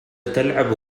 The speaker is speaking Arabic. تلعب